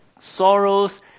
Sorrows